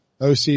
OC